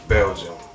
Belgium